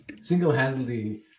single-handedly